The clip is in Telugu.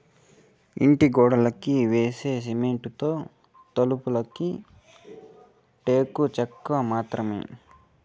ఇంటి గోడలకి యేసే సిమెంటైతే, తలుపులకి టేకు చెక్క మాత్రమే